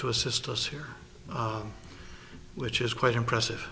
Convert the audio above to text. to assist us here which is quite impressive